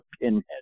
pinhead